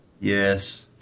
Yes